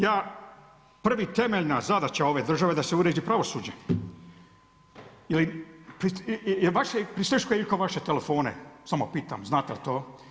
Ja prva temeljna zadaća ove države da se uredi pravosuđe ili prisluškuje li itko vaše telefone, samo pitam znate li to?